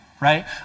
right